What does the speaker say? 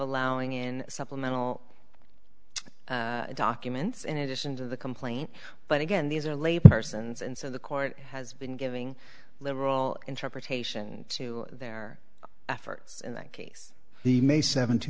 allowing in supplemental documents in addition to the complaint but again these are lay persons and so the court has been giving liberal interpretation to their efforts in that case he may sevent